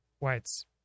whites